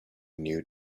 new